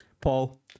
Paul